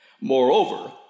Moreover